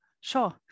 sure